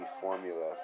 formula